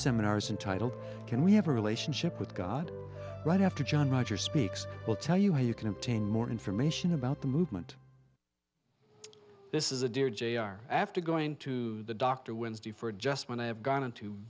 seminars and titled can we have a relationship with god right after john rogers speaks we'll tell you how you can obtain more information about the movement this is a dear jr after going to the doctor wednesday for just when i have gone into